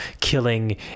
killing